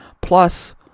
plus